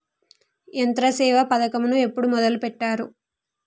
యంత్రసేవ పథకమును ఎప్పుడు మొదలెట్టారు?